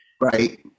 Right